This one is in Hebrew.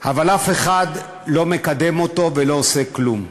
אבל אף אחד לא מקדם אותו ולא עושה כלום,